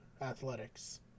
athletics